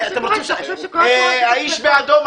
האיש באדום,